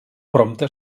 prompte